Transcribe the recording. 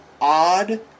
odd